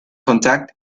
contact